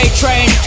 train